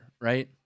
right